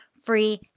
free